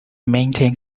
maintain